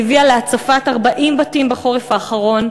שהביאה להצפת 40 בתים בחורף האחרון.